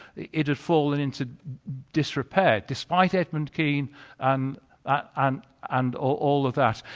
it had fallen into disrepair despite edmund kean and and and all of that.